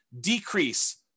decrease